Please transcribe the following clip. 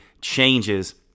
changes